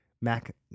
Mac